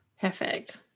Perfect